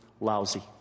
lousy